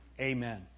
Amen